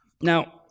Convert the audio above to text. Now